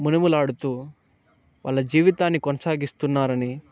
మునిములాడుతూ వాళ్ళ జీవితాన్ని కొనసాగిస్తున్నారని